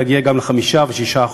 להגיע גם ל-5% ו-6%,